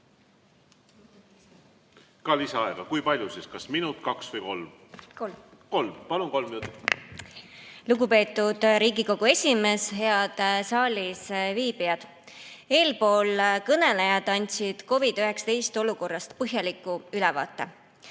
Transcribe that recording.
Ka lisaaeg. Kui palju siis, kas minut, kaks või kolm? Kolm minutit. Lugupeetud Riigikogu esimees! Head saalis viibijad! Eelpool kõnelejad andsid COVID‑19 olukorrast põhjaliku ülevaate.